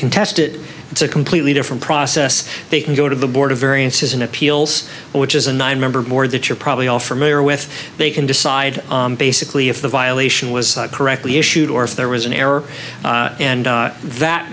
it it's a completely different process they can go to the board of variances in appeals which is a nine member board that you're probably all familiar with they can decide basically if the violation was correctly issued or if there was an error and that